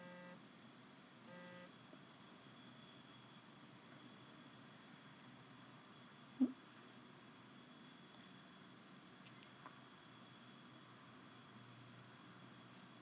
hanoi